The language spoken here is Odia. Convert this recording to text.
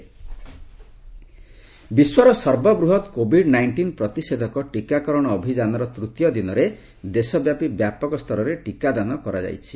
କୋବିଡ୍ ଭାକ୍ସିନେସନ୍ ବିଶ୍ୱର ସର୍ବବୃହତ୍ କୋବିଡ୍ ନାଇଷ୍ଟିନ୍ ପ୍ରତିଷେଧକ ଟିକାକରଣ ଅଭିଯାନର ତୂତୀୟ ଦିନରେ ଦେଶ ବ୍ୟାପୀ ବ୍ୟାପକ ସ୍ତରରେ ଟିକାଦାନ କରାଯାଇଛି